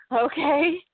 Okay